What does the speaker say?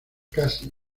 casi